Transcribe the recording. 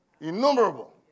innumerable